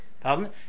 pardon